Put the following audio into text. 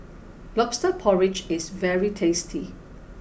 Lobster Porridge is very tasty